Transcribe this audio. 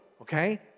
okay